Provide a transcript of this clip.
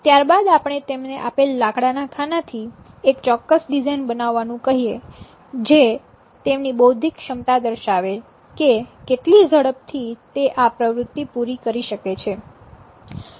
ત્યારબાદ આપણે તેમને આપેલ લાકડાના ખાનાથી એક ચોક્કસ ડિઝાઇન બનાવવાનું કહીએ જે તેમની બૌદ્ધિક ક્ષમતા દર્શાવશે કે કેટલી ઝડપથી તે આ પ્રવૃત્તિ પૂરી કરી શકે છે